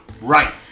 Right